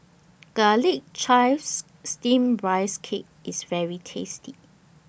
Garlic Chives Steamed Rice Cake IS very tasty